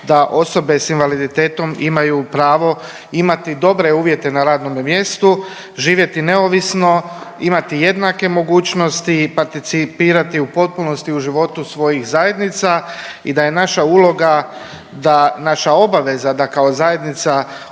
da osobe s invaliditetom imaju pravo imati dobre uvjete na radnome mjestu, živjeti neovisno, imati jednake mogućnosti, participirati u potpunosti u životu svojih zajednica i da je naša uloga, da naša obaveza da kao zajednica